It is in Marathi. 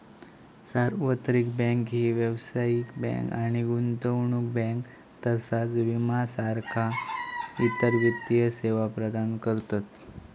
सार्वत्रिक बँक ही व्यावसायिक बँक आणि गुंतवणूक बँक तसाच विमा सारखा इतर वित्तीय सेवा प्रदान करतत